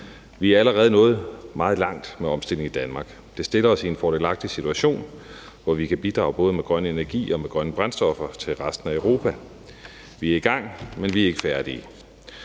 Vi er allerede nået meget langt med omstillingen i Danmark. Det stiller os i en fordelagtig situation, hvor vi kan bidrage med både grøn energi og grønne brændstoffer til resten af Europa. Vi er i gang, men vi er ikke færdige.